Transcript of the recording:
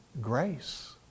grace